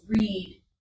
read